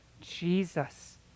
Jesus